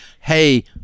hey